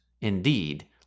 indeed